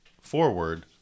forward